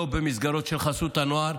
לא במסגרות של חסות הנוער.